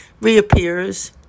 Reappears